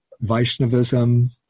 Vaishnavism